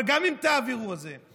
אבל גם אם תעבירו אותו,